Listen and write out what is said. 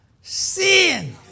sin